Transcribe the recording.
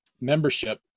membership